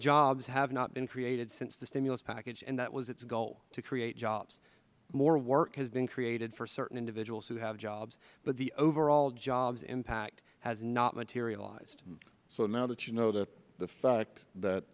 jobs have not been created since the stimulus package and that was its goal to create jobs more work has been created for certain individuals who have jobs but the overall jobs impact has not materialized mister cleaver so now that you know that the fact that